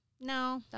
no